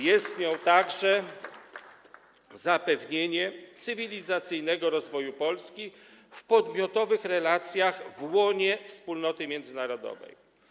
Jest nią także zapewnienie cywilizacyjnego rozwoju Polski w podmiotowych relacjach w łonie wspólnoty międzynarodowej.